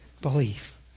Belief